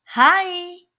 Hi